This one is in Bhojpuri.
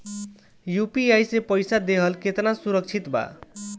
यू.पी.आई से पईसा देहल केतना सुरक्षित बा?